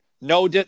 no